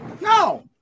no